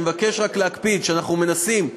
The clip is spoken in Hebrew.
אני מבקש רק להקפיד שכן אנחנו מנסים,